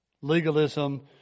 legalism